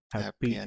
Happy